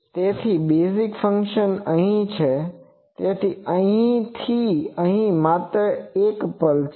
તેથી basic function અહીં છે તેથી અહીંથી અહીં માત્ર એક પલ્સ છે